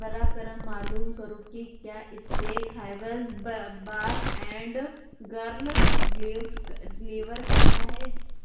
براہِ کرم معلوم کرو کہ کیا اسٹیک ہیوز با bar and grill deliver deliver کرتا ہے